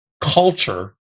culture